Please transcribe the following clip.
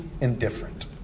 indifferent